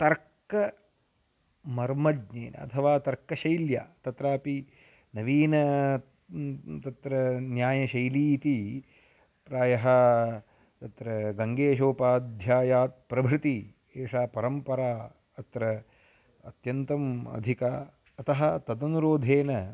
तर्कमर्मज्ञेन अथवा तर्कशैल्या तत्रापि नवीन तत्र न्यायशैली इति प्रायः तत्र गङ्गेशोपाध्यायात् प्रभृति एषा परम्परा अत्र अत्यन्तम् अधिका अतः तदनुरोधेन